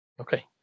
Okay